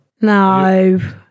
No